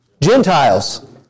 Gentiles